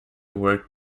worked